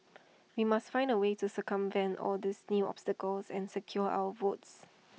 we must find A way to circumvent all these new obstacles and secure our votes